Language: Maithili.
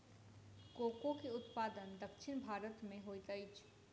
कोको के उत्पादन दक्षिण भारत में होइत अछि